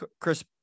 Chris